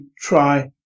try